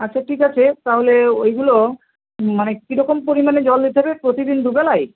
আচ্ছা ঠিক আছে তাহলে ওইগুলো মানে কীরকম পরিমাণে জল দিতে হবে প্রতিদিন দুবেলাই